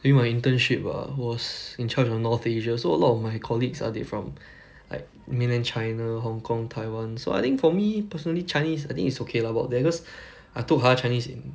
you know my internship err was in charge of north asia so a lot of my colleagues ah they from like mainland china hong-kong taiwan so I think for me personally chinese I think it's okay lah about there because I took higher chinese in